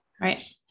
Right